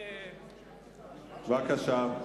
בבקשה.